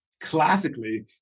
classically